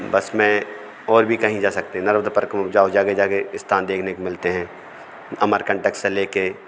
बस में और भी कहीं जा सकते जागे स्थान देखने को मिलते हैं अमर कंटक से लेके